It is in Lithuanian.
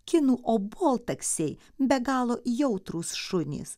kinų oboltaksiai be galo jautrūs šunys